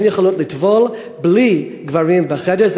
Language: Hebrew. לטבול בלי גברים בחדר.